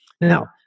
Now